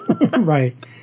Right